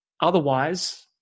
Otherwise